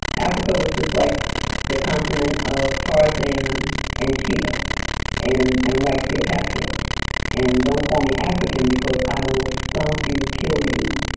africa was just like the continent of tarzan and cheetah and and white cleopatra and don't call me african because i will stomp you, kill you.